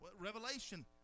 Revelation